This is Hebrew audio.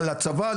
לצבא,